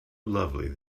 lovely